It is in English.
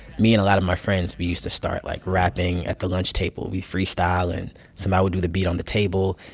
me and a lot of my friends, we used to start, like, rapping at the lunch table. we'd freestyle, and somebody would do the beat on the table.